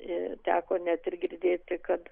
ir teko net ir girdėti kad